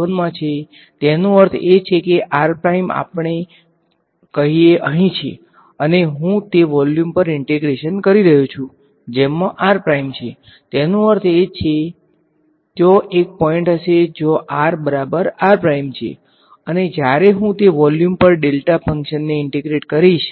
જો r એ માં છે તેનો અર્થ એ છે કે r આપણે કહીએ અહીં છે અને હું તે વોલ્યુમ પર ઈંટેગ્રેશન કરી રહ્યો છું જેમાં r છે તેનો અર્થ એ કે ત્યાં એક પોઈંટ હશે જ્યાં r બરાબર r છે અને જ્યારે હું તે વોલ્યુમ પર ડેલ્ટા ફંક્શનને ઈંટેગ્રેટ કરીશ